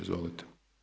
Izvolite.